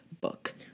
book